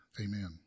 Amen